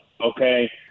okay